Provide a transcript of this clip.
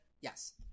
Yes